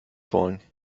wollen